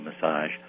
massage